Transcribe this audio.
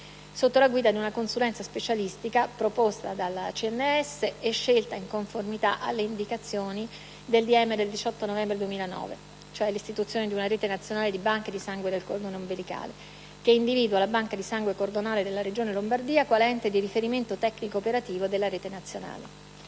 sotto la guida di una consulenza specialistica proposta dal CNS e scelta in conformità alle indicazioni del decreto ministeriale 18 novembre 2009 («Istituzione di una rete nazionale di banche di sangue del cordone ombelicale»), che individua la Banca di sangue cordonale della Regione Lombardia quale ente di riferimento tecnico-operativo della rete nazionale.